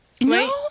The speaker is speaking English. No